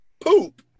poop